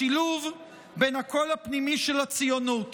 השילוב בין הקול הפנימי של הציונות